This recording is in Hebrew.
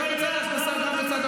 5 מיליארד, למה הפלית את החברה הערבית?